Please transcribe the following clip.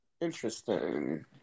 Interesting